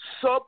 Sub